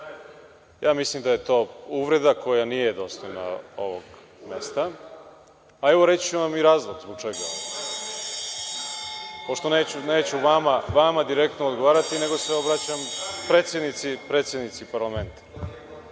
Ja mislim da je to uvreda koja nije dostojna ovog mesta.(Poslanici SNS dobacuju.)Evo reći ću vam i razlog zbog čega, pošto neću vama direktno odgovarati, nego se obraćam predsednici parlamenta.